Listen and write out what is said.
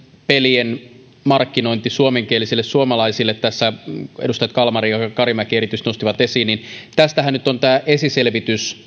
pelien markkinointi suomenkielisille suomalaisille jonka edustajat kalmari ja karimäki erityisesti nostivat tässä esiin niistä teknisistä ja säädöskeinoista nyt on menossa esiselvitys